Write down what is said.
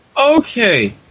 okay